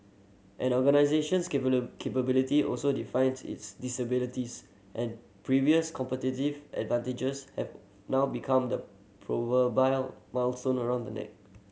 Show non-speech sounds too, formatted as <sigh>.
an organisation's <unintelligible> capabilities also defines its disabilities and previous competitive advantages have now become the <unintelligible> millstone around the neck